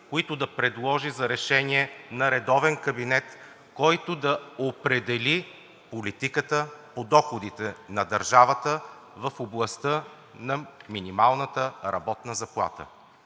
които да предложи за решение на редовен кабинет, който да определи политиката по доходите на държавата в областта на минималната работна заплата.